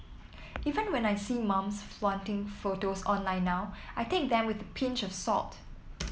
even when I see mums flaunting photos online now I take them with a pinch of salt